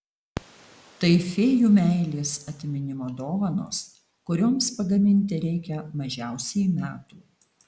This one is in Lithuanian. tai fėjų meilės atminimo dovanos kurioms pagaminti reikia mažiausiai metų